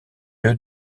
lieu